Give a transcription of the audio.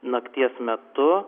nakties metu